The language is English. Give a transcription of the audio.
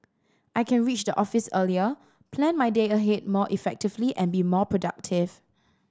I can reach the office earlier plan my day ahead more effectively and be more productive